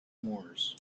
moors